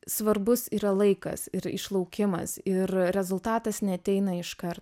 svarbus yra laikas ir išlaukimas ir rezultatas neateina iškart